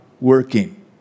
working